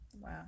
Wow